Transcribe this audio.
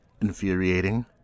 infuriating